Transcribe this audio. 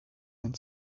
end